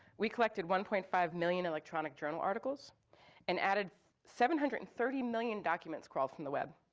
we collected one point five million electronic journal articles and added seven hundred and thirty million documents crawled from the web.